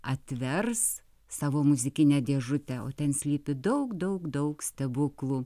atvers savo muzikinę dėžutę o ten slypi daug daug daug stebuklų